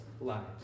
lives